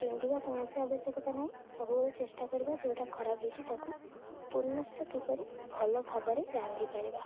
ଫିଙ୍ଗିବା କୌଣସି ଆବଶ୍ୟକତା ନାହିଁ ସବୁବେଳେ ଚେଷ୍ଟା କରିବା ଯେଉଁଟା ଖରାପ ହେଇଛିି ତାକୁ ପୁନଶ୍ଚ କିପରି ଭଲ ଭାବରେ ରାନ୍ଧିପାରିବା